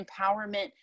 empowerment